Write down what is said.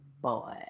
boy